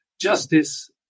justice